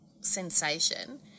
sensation